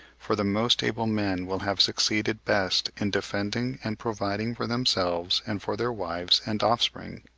for the most able men will have succeeded best in defending and providing for themselves and for their wives and offspring.